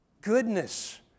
goodness